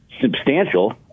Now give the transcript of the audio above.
substantial